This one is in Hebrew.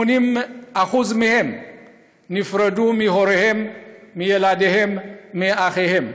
80% מהם נפרדו מהוריהם, מילדיהם, מאחיהם.